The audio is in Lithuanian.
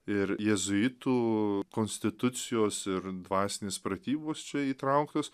ir jėzuitų konstitucijos ir dvasinės pratybos čia įtrauktos